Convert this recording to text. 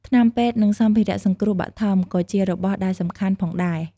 ថ្នាំពេទ្យ និងសម្ភារៈសង្គ្រោះបឋម ក៏ជារបស់ដែលសំខាន់ផងដែរ។